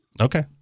Okay